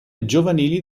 giovanili